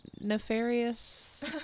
nefarious